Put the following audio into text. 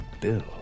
Bill